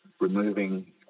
removing